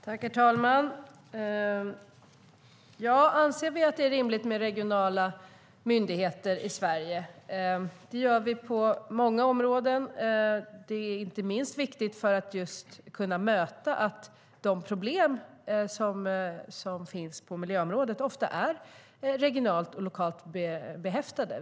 Herr talman! Anser vi att det är rimligt med regionala myndigheter i Sverige? Det gör vi på många områden. Det är inte minst viktigt för att kunna möta de problem som finns på miljöområdet, för de är ofta regionalt och lokalt behäftade.